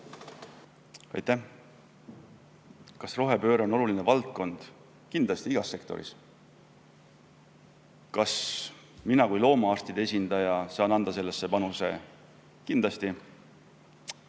Aitäh! Kas rohepööre on oluline valdkond? Kindlasti, igas sektoris. Kas mina kui loomaarstide esindaja saan anda sellesse oma panuse? Kindlasti.